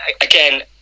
again